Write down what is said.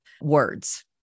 words